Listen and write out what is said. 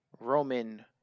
Roman